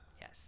yes